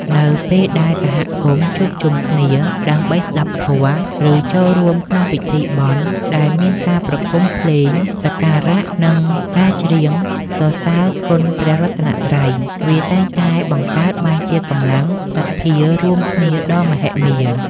នៅពេលដែលសហគមន៍ជួបជុំគ្នាដើម្បីស្តាប់ធម៌ ឬចូលរួមក្នុងពិធីបុណ្យដែលមានការប្រគំភ្លេងសក្ការៈ និងការច្រៀងសរសើរគុណព្រះរតនត្រ័យ វាតែងតែបង្កើតបានជាកម្លាំងសទ្ធារួមគ្នាដ៏មហិមា។